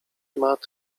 matt